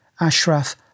Ashraf